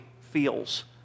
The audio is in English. feels